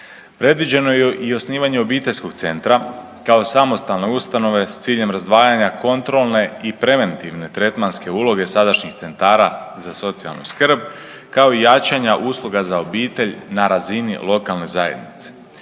Predviđeno je i osnivanje obiteljskog centra kao samostalne ustanove s ciljem razdvajanja kontrolne i preventivne tretmanske uloge sadašnjih centara za socijalnu skrb, kao i jačanja usluga za obitelj na razini lokalne zajednice.